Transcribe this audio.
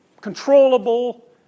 controllable